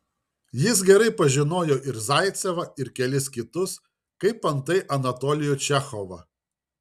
jis gerai pažinojo ir zaicevą ir kelis kitus kaip antai anatolijų čechovą